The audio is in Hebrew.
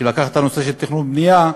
שלקח את הנושא של תכנון ובנייה,